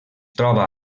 troba